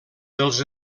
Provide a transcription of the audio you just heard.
dels